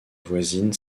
voisine